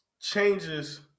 changes